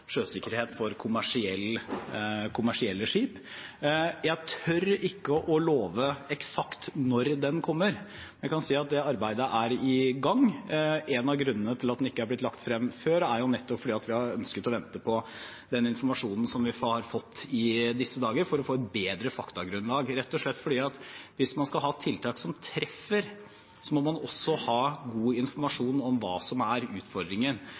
sjøsikkerhet for kommersielle skip. Jeg tør ikke love eksakt når den kommer, men jeg kan si at det arbeidet er i gang. En av grunnene til at den ikke er blitt lagt frem før, er nettopp at vi har ønsket å vente på den informasjonen, som vi har fått i disse dager, for å få et bedre faktagrunnlag. For hvis man skal ha tiltak som treffer, må man også ha god informasjon om hva som er utfordringen.